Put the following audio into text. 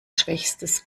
schwächstes